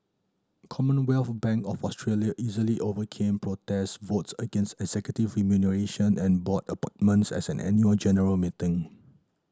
Commonwealth Bank of Australia easily overcame protest votes against executive remuneration and board appointments as an annual general meeting